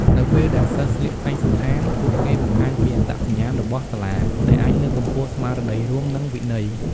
នៅពេលដែលសិស្សស្លៀកឯកសណ្ឋាន ពួកគេបង្ហាញពីអត្តសញ្ញាណរបស់សាលា ដែលអាចលើកកម្ពស់ស្មារតីរួម និងវិន័យ។